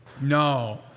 No